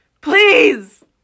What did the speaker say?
Please